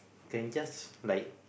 can just like